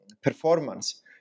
performance